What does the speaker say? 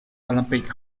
olympic